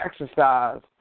exercise